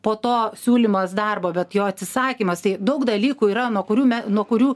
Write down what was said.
po to siūlymas darbo bet jo atsisakymas tai daug dalykų yra nuo kurių me nuo kurių